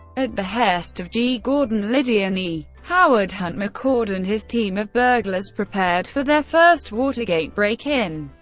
at behest of g. gordon liddy and e. howard hunt, mccord and his team of burglars prepared for their first watergate break-in,